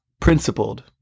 principled